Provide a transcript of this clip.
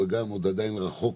אבל גם זה עוד עדיין רחוק